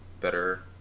better